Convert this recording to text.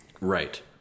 Right